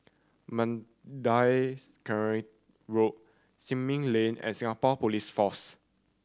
Mandai Quarry Road Simei Lane and Singapore Police Force